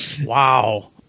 Wow